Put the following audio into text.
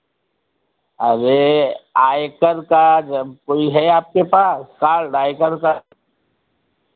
अरे आयकर कार्ड कोई है आपके पास कार्ड आयकर कार्ड